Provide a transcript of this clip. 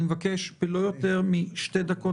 אני מבקש לא יותר משתי דקות,